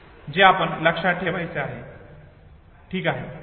जे आपण लक्षात ठेवायचे आहे ठीक आहे